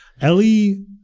Ellie